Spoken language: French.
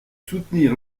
soutenir